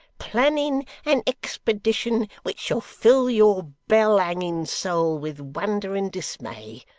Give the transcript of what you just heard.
planning an expedition which shall fill your bell-hanging soul with wonder and dismay.